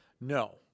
No